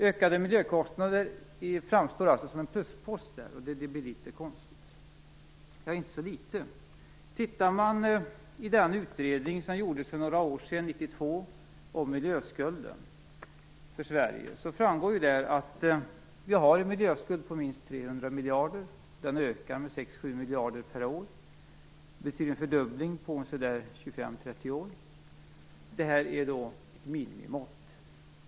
Ökade miljökostnader framstår alltså som plusposter, och det är litet konstigt, och inte så litet. Tittar man i den utredning som gjordes för några år sedan, 1992, och ser vad som står om miljöskulden för Sverige framgår där att vi har en miljöskuld på minst 300 miljarder. Den ökar med 6-7 miljarder per år. Det blir en fördubbling på ca 25, 30 år. Detta är minimimått.